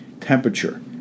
temperature